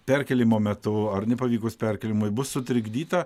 perkėlimo metu ar nepavykus perkėlimui bus sutrikdyta